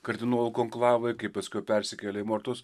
kardinolų konklavai kaip paskiau persikėlė į mortos